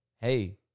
hey